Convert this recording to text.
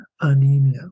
anemia